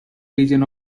region